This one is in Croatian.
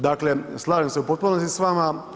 Dakle, slažem se u potpunosti s vama.